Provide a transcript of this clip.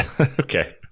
Okay